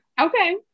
okay